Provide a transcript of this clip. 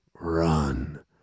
run